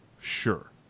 Sure